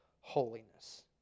holiness